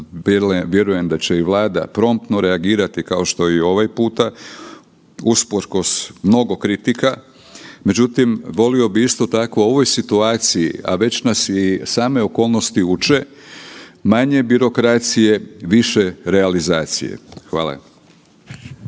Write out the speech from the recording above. vjerujem da će i Vlada promptno reagirati i ovaj puta usprkos mnogo kritika. Međutim, volio bih isto tako u ovoj situaciji, a već nas i same okolnosti uče, manje birokracije, više realizacije. Hvala.